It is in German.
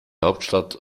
hauptstadt